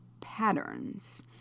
patterns